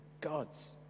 gods